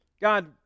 God